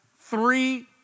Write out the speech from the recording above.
three